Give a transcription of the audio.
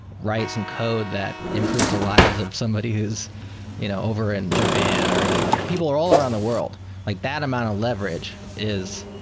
write some code that improves the lives of somebody who's you know over in japan or like people or all around the world. like that amount leverage is